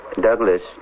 Douglas